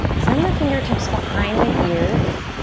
send the fingertips behind the ears.